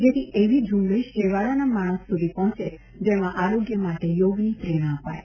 જેથી એવી ઝુંબેશ છેવાડાના માણસ સુધી પહોંચે જેમાં આરોગ્ય માટે યોગની પ્રેરણા અપાય